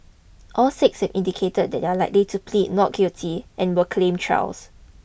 all six indicated that they are likely to plead not guilty and will claim trials